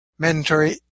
mandatory